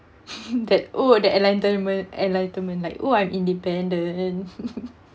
that oh that enlightenme~ enlightenment like oh I'm independent